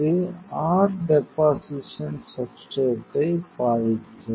இது r deposition சப்ஸ்ட்ரேட்டை பாதிக்கும்